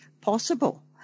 possible